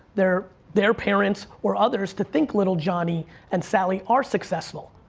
their their parents or others to think little johnny and sally are successful.